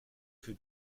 que